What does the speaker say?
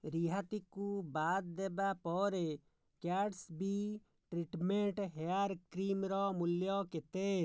ରିହାତିକୁ ବାଦ୍ ଦେବା ପରେ ଗ୍ୟାଟ୍ସ୍ବି ଟ୍ରିଟ୍ମେଣ୍ଟ୍ ହେୟାର୍ କ୍ରିମ୍ର ମୂଲ୍ୟ କେତେ